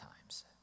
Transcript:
times